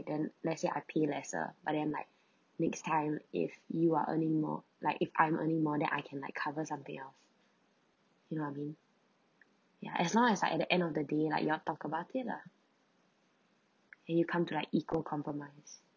then let's say I pay lesser but then like next time if you are earning more like if I'm earning more then I can like cover something else you know what I mean yeah as long as like at the end of the day like you all talk about it lah and you come to like equal compromise